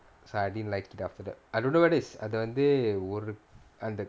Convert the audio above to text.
so I didn't liked it after that I don't know whether is அது வந்து ஒரு அந்த:athu vanthu oru antha